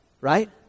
right